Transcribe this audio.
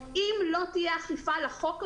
אם לא תהיה אכיפה לחוק הזה,